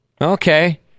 Okay